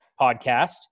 podcast